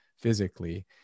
physically